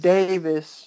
Davis